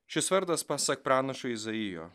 šis vardas pasak pranašo izaijo